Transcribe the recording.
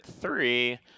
three